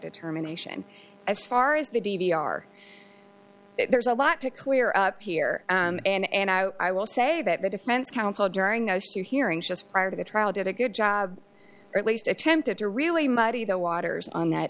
determination as far as the d v r there's a lot to clear here and i will say that the defense counsel during those two hearings just prior to the trial did a good job or at least attempted to really muddy the waters on that